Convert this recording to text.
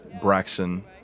Braxton